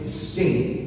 state